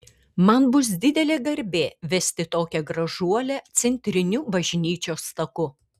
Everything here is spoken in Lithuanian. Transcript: man bus didelė garbė vesti tokią gražuolę centriniu bažnyčios taku